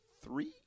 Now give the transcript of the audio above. three